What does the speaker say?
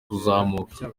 kuzamuka